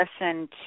listen